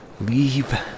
Leave